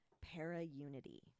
para-unity